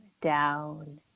down